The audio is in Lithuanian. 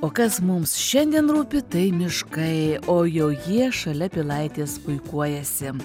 o kas mums šiandien rūpi tai miškai o jau jie šalia pilaitės puikuojasi